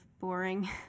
boring